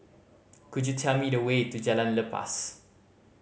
could you tell me the way to Jalan Lepas